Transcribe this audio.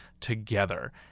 together